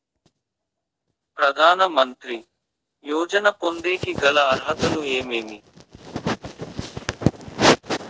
ప్రధాన మంత్రి యోజన పొందేకి గల అర్హతలు ఏమేమి?